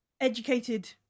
educated